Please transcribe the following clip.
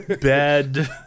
bed